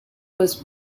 was